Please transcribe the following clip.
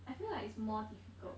I feel like it's more difficult